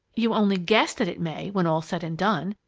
you only guess that it may, when all's said and done.